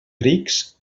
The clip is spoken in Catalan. rics